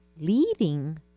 leading